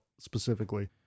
specifically